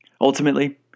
Ultimately